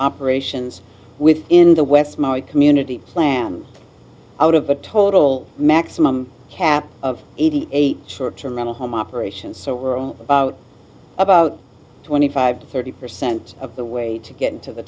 operations with in the west community plan out of a total maximum cap of eighty eight short term then a home operation so we're on about about twenty five to thirty percent of the way to get into the